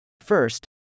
First